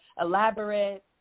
elaborate